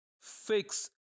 fix